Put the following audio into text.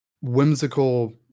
whimsical